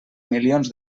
milions